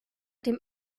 dem